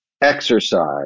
exercise